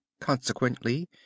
consequently